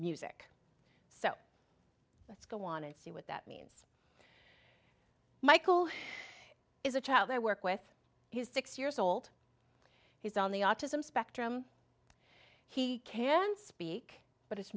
music so let's go on and see what that means michael is a child i work with his six years old he's on the autism spectrum he can speak but it's